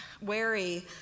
wary